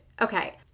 Okay